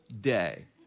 day